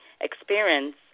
experience